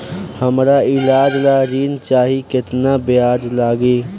हमका ईलाज ला ऋण चाही केतना ब्याज लागी?